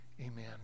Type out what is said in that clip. Amen